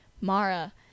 Mara